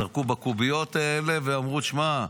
זרקו בקוביות האלה ואמרו: תשמע,